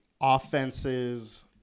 offenses